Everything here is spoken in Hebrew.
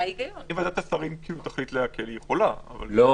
להתאוורר אבל זה לצאת עכשיו לספורט.